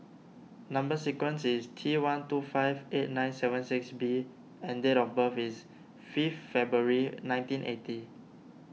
Number Sequence is T one two five eight nine seven six B and date of birth is fifth February nineteen eighty